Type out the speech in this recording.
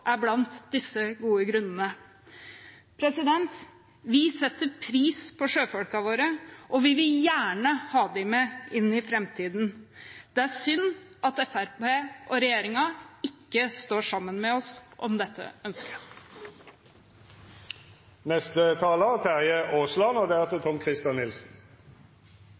er blant disse gode grunnene. Vi setter pris på sjøfolkene våre, og vi vil gjerne ha dem med inn i framtiden. Det er synd at Fremskrittspartiet og regjeringen ikke står sammen med oss om dette